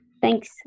Thanks